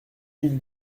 mille